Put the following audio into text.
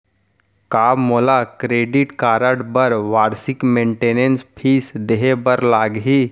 का मोला credit card बर वार्षिक मेंटेनेंस फीस देहे बर लागही?